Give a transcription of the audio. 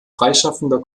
freischaffender